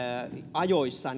ajoissa